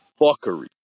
fuckery